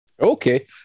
Okay